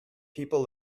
people